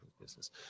business